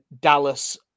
Dallas